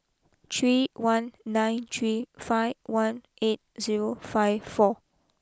three one nine three five one eight zero five four